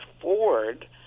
Ford